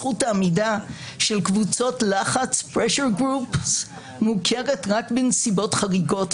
זכות העמידה קבוצות לחץ pressure group מוכרת בנסיבות חריגות,